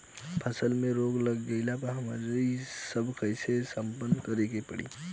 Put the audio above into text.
फसल में रोग लग जाई त हमनी सब कैसे संपर्क करें के पड़ी?